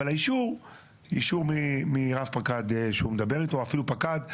אבל האישור מרב פקד שהוא מדבר איתו, אפילו פקד.